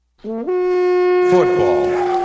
Football